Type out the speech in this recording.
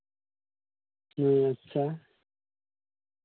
ᱦᱮᱸ ᱟᱪᱪᱷᱟ